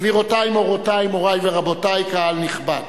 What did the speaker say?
גבירותי מורותי, מורי ורבותי, קהל נכבד,